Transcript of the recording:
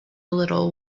little